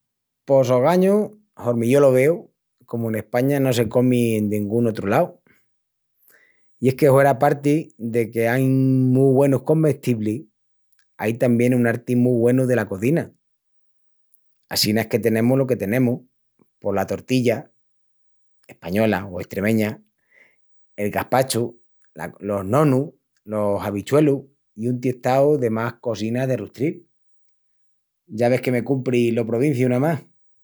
Pos ogañu, hormi yo lo veu, comu en España no se comi en dengún otru lau. I es que hueraparti de que ain mu güenus comestiblis, ai tamién un arti mu güenu dela cozina. Assina es que tenemus lo que tenemus... pos la tortilla española, o estremeña, el gaspachu, los nonus, los habichuelus i un tiestau de más cosinas de rustril. Ya ves que me cumpri lo provinciu namás...